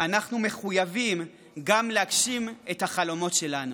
אנחנו מחויבים גם להגשים את החלומות שלנו.